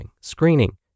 screening